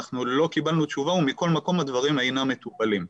אנחנו לא קיבלנו תשובה ומכל מקום הדברים אינם מטופלים.